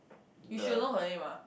you should know her name ah